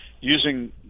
using